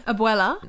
Abuela